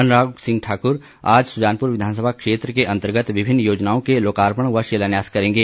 अनुराग सिंह ठाकुर आज सुजानपुर विधानसभा क्षेत्र के अन्तर्गत विभिन्न योजनाओं के लोकार्पण व शिलान्यास करेंगे